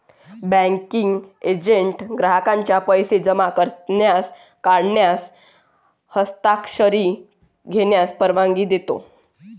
banking agent ग्राहकांना पैसे जमा करण्यास, काढण्यास, हस्तांतरित करण्यास परवानगी देतो